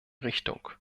richtung